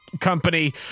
Company